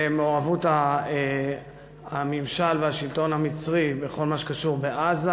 למעורבות הממשל והשלטון המצרי בכל מה שקשור בעזה.